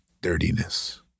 dirtiness